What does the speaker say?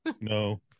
No